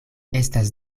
estas